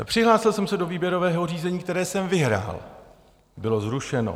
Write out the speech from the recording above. Přihlásil jsem se do výběrového řízení, které jsem vyhrál bylo zrušeno.